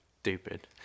Stupid